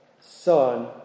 Son